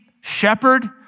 shepherd